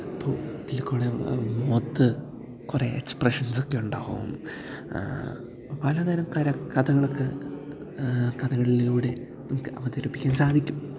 അപ്പോൾ ഇതില് കൂടെ മുഖത്ത് കുറെ എക്സ്പ്രഷൻസൊക്കെ ഉണ്ടാകും പലതരം കര കഥകളൊക്കെ കഥകളിലൂടെ നമുക്ക് അവതരിപ്പിക്കാൻ സാധിക്കും